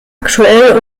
aktuell